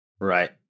Right